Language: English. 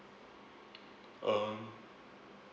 um